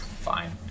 Fine